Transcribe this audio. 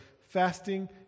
fasting